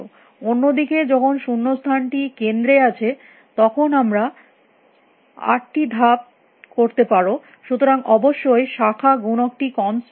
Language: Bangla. অন্যদিকে যখন শূন্যস্থানটি কেন্দ্রে আছে তখন তোমরা ৪তি ধাপ করতে পারো সুতরাং অবশ্যই শাখা গুণক টি কনস্ট্যান্ট নয়